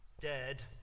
dead